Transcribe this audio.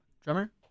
drummer